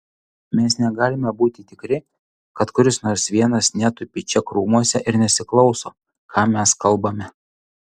mes negalime būti tikri kad kuris nors vienas netupi čia krūmuose ir nesiklauso ką mes kalbame